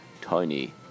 tiny